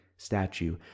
statue